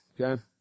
okay